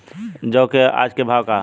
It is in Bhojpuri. जौ क आज के भाव का ह?